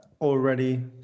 already